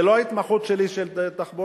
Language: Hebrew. זו לא ההתמחות שלי, תחבורה.